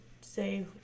say